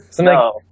No